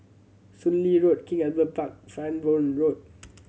Soon Lee Road King Albert Park Farnborough Road